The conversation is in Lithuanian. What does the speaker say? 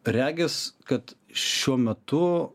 regis kad šiuo metu